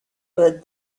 but